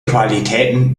qualitäten